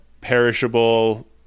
perishable